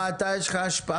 מאזן, אתה יש לך השפעה.